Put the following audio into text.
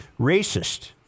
racist